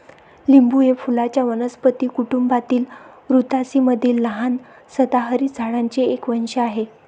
लिंबू हे फुलांच्या वनस्पती कुटुंबातील रुतासी मधील लहान सदाहरित झाडांचे एक वंश आहे